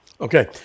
Okay